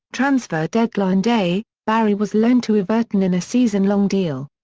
transfer deadline day, barry was loaned to everton in a season-long deal.